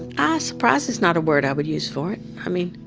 and ah surprised is not a word i would use for it. i mean,